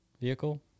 vehicle